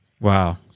Wow